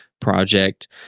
project